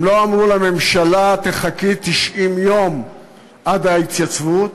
הם לא אמרו לממשלה: תחכי 90 יום עד ההתייצבות,